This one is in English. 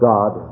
God